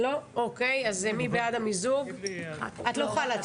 היום ה-22.2.22, כ"א באדר א' תשפ"ב.